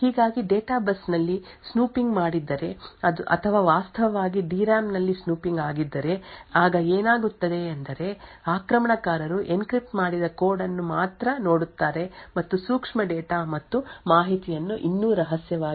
ಹೀಗಾಗಿ data bus ನಲ್ಲಿ snooping ಮಾಡಿದ್ದರೆ ಅಥವಾ ವಾಸ್ತವವಾಗಿ D RAM ನಲ್ಲಿ ಸ್ನೂಪಿಂಗ್ ಆಗಿದ್ದರೆ ಆಗ ಏನಾಗುತ್ತದೆ ಎಂದರೆ ಆಕ್ರಮಣಕಾರರು ಎನ್ಕ್ರಿಪ್ಟ್ ಮಾಡಿದ ಕೋಡ್ ಅನ್ನು ಮಾತ್ರ ನೋಡುತ್ತಾರೆ ಮತ್ತು ಸೂಕ್ಷ್ಮ ಡೇಟಾ ಮತ್ತು ಮಾಹಿತಿಯನ್ನು ಇನ್ನೂ ರಹಸ್ಯವಾಗಿಡಲಾಗುತ್ತದೆ